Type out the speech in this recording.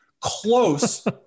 close